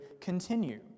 continue